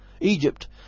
Egypt